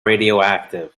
radioactive